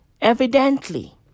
evidently